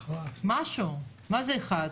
משהו, מה זה אחד?